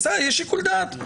בסדר, יש שיקול דעת.